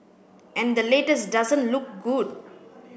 and the latest doesn't look good